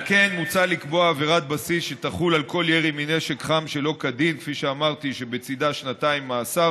ולכן, מתחילת כהונתי אני מקדיש תשומת לב